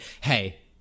hey